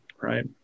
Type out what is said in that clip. right